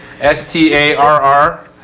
S-T-A-R-R